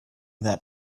that